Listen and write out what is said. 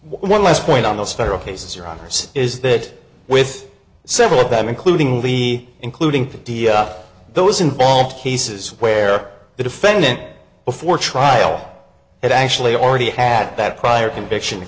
one last point on those federal cases your honors is that with several of them including lee including those involved cases where the defendant before trial had actually already had that prior conviction